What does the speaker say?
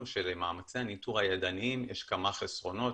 שלמאמצי הניטור הידניים יש כמה חסרונות.